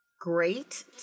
great